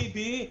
ביבי,